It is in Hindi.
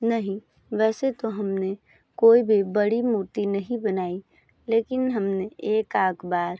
नहीं वैसे तो हमने कोई भी बड़ी मूर्ति नहीं बनाई लेकिन हमने एकाक बार